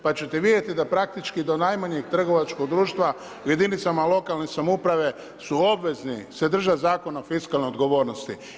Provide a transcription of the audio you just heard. Pa ćete vidjeti da praktički do najmanjeg trgovačkog društva u jedinicama lokalne samouprave su obvezni se držati Zakona o fiskalnoj odgovornosti.